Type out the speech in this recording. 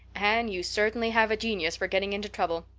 anne, you certainly have a genius for getting into trouble.